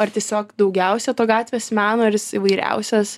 ar tiesiog daugiausiai to gatvės meno ir įvairiausios